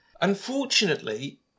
unfortunately